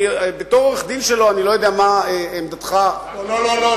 בתור העורך-דין שלו, אני לא יודע מה עמדתך, לא.